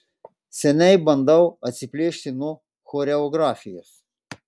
seniai bandau atsiplėšti nuo choreografijos